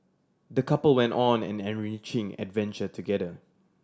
the couple went on an enriching adventure together